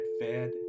fed